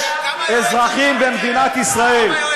יש אזרחים במדינת ישראל.